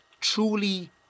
truly